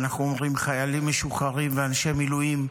ואנחנו אומרים: חיילים משוחררים ואנשי מילואים,